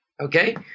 okay